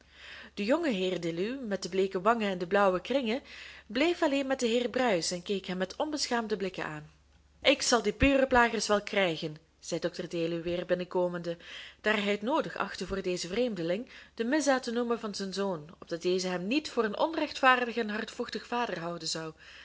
de jonge heer deluw met de bleeke wangen en de blauwe kringen bleef alleen met den heer bruis en keek hem met onbeschaamde blikken aan ik zal die burenplagers wel krijgen zei dr deluw weer binnenkomende daar hij het noodig achtte voor den vreemdeling de misdaad te noemen van zijn zoon opdat deze hem niet voor een onrechtvaardig en hardvochtig vader houden zou